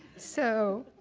so,